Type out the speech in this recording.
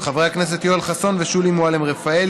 של חברי הכנסת יואל חסון ושולי מועלם-רפאלי,